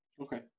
Okay